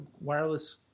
wireless